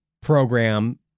program